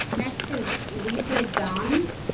next is lisa danz.